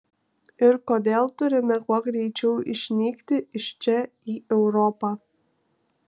ir kodėl turime kuo greičiau išnykti iš čia į europą